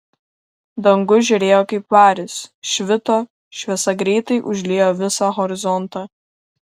dangus žėrėjo kaip varis švito šviesa greitai užliejo visą horizontą